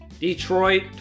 Detroit